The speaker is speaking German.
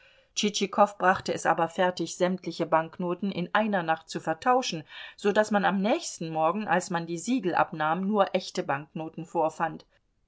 tschitschikow brachte es aber fertig sämtliche banknoten in einer nacht zu vertauschen so daß man am nächsten morgen als man die siegel abnahm nur echte banknoten vorfand